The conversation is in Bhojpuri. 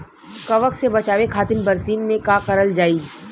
कवक से बचावे खातिन बरसीन मे का करल जाई?